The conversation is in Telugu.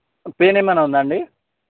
పెయిన్ ఏమైనా ఉందా అండి